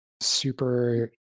super